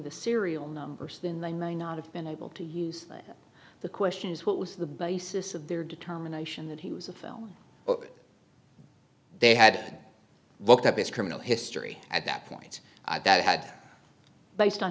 the serial numbers then one may not have been able to use the question is what was the basis of their determination that he was a film that they had looked at his criminal history at that point that had based on